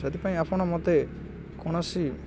ସେଥିପାଇଁ ଆପଣ ମୋତେ କୌଣସି